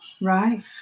Right